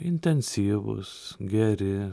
intensyvūs geri